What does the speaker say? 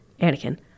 Anakin